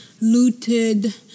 Looted